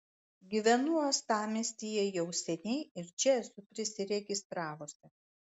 gyvenu uostamiestyje jau seniai ir čia esu prisiregistravusi